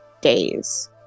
days